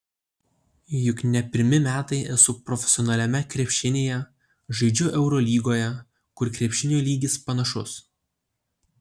juk ne pirmi metai esu profesionaliame krepšinyje žaidžiu eurolygoje kur krepšinio lygis panašus